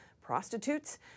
prostitutes